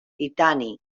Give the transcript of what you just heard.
titani